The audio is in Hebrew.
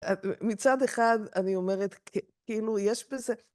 מצד אחד אני אומרת, כאילו, יש בזה...